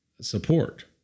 support